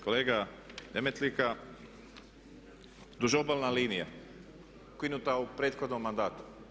Kolega Demetlika, duž obalna linija ukinuta u prethodnom mandatu.